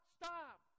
stop